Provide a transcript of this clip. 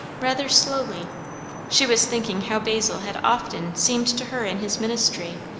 rather slowly she was thinking how basil had often seemed to her in his ministry,